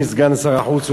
אדוני סגן שר החוץ,